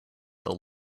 the